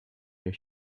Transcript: your